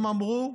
הם אמרו: